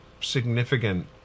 significant